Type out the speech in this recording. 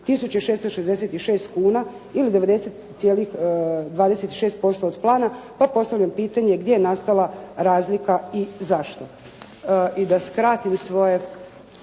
666 kuna ili 90,26% od plana. Pa postavljam pitanje gdje je nastala razlika i zašto? I da skratim svoje